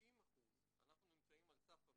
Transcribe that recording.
אנחנו נמצאים על סף ה-100%,